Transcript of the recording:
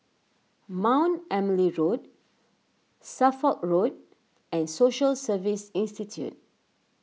Mount Emily Road Suffolk Road and Social Service Institute